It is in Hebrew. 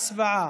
הצבעה.